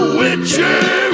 witchy